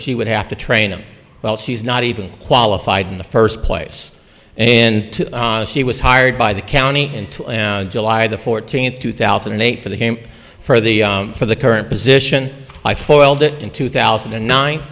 she would have to train them well she's not even qualified in the first place in two she was hired by the county in july the fourteenth two thousand and eight for the game for the for the current position by four in two thousand and nine